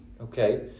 okay